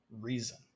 reason